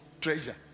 treasure